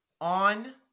on